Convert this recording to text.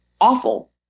awful